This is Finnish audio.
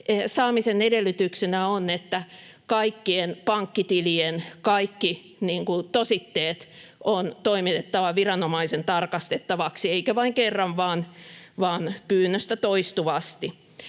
saamisen edellytyksenä on, että kaikkien pankkitilien kaikki tositteet on toimitettava viranomaisen tarkastettavaksi, eikä vain kerran vaan pyynnöstä toistuvasti.